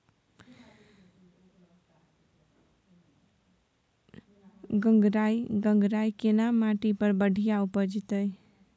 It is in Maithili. गंगराय केना माटी पर बढ़िया उपजते?